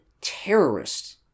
terrorists